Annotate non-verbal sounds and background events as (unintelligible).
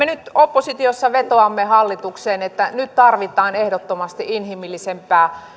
(unintelligible) nyt oppositiossa vetoamme hallitukseen että nyt tarvitaan ehdottomasti inhimillisempää